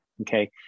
Okay